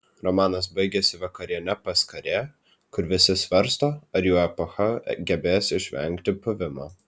romanas baigiasi vakariene pas karė kur visi svarsto ar jų epocha gebės išvengti puvimo